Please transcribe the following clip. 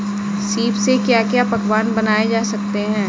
सीप से क्या क्या पकवान बनाए जा सकते हैं?